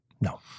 No